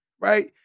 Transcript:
right